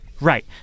Right